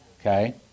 okay